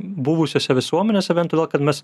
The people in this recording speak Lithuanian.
buvusiose visuomenėse vien todėl kad mes